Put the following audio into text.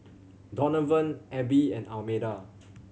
Donavan Abbie and Almeda